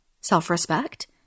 self-respect